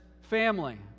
family